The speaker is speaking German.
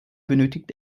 benötigt